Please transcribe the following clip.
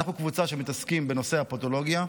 הוא שאנחנו קבוצה שמתעסקת בנושא הפודולוגיה,